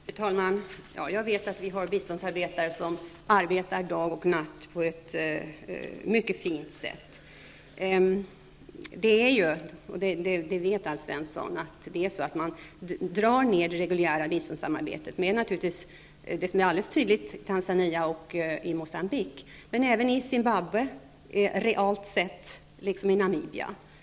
Fru talman! Jag vet att vi har biståndsarbetare som arbetar dag och natt på ett mycket fint sätt. Men det är ju så, och det vet Alf Svensson, att man drar ner på det reguljära biståndssamarbetet. Det är alldeles tydligt vad gäller Tanzania och Mocambique, men det sker även, realt sett, i fråga om Zimbabwe och Namibia.